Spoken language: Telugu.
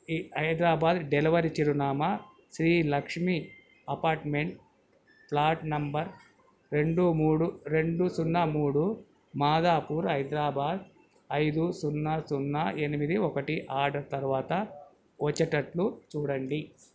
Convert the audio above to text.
ఈ హైదరాబాదు డెలివరీ చిరునామా శ్రీలక్ష్మి అపార్ట్మెంట్ ఫ్లాట్ నెంబర్ రెండు మూడు రెండు సున్నా మూడు మాదాపూర్ హైదరాబాదు ఐదు సున్నా సున్నా ఎనిమిది ఒకటి ఆర్డర్ తరువాత వచ్చేటట్లు చూడండి